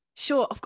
Sure